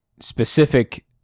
specific